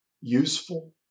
useful